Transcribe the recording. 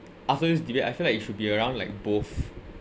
after this debate I feel like it should be around like both